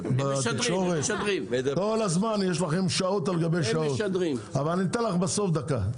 יש לכם שעות על גבי שעות אבל אני אתן לך בסוף דקה.